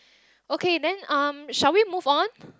okay then um shall we move on